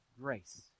grace